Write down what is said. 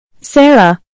Sarah